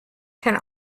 can